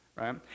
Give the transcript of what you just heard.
Right